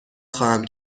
خواهم